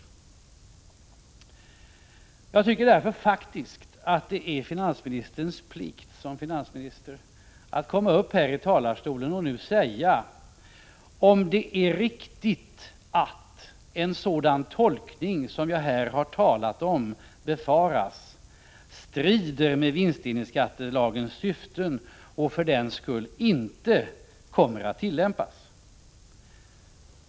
Av den anledningen tycker jag faktiskt att det är finansministerns plikt att gå upp i talarstolen och säga om det är riktigt att en sådan tolkning som befaras och som jag här har talat om strider mot vinstdelningsskattelagens syften och för den skull inte kommer att tillämpas.